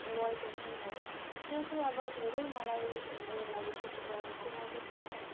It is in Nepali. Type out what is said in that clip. वाल पेन्टिङ हो त्यो चाहिँ अब धेरै मलाई मेरो लागि चाहिँ चुनौतीपूर्ण